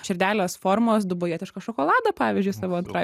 širdelės formos dubaietišką šokoladą pavyzdžiui savo antrai